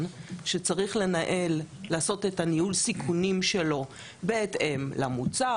שצריך לעשות את ניהול הסיכונים שלו בהתאם למוצר,